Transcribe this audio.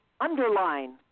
underline